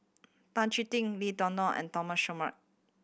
Tan Chee Teck Lim Denan and Denan Singai Mukilan